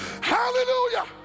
Hallelujah